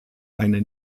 eine